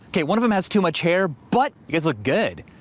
okay, one of them has too much hair. but you guys look good.